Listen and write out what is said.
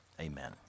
amen